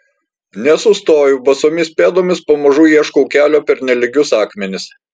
nesustoju basomis pėdomis pamažu ieškau kelio per nelygius akmenis